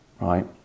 right